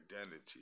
identity